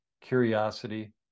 curiosity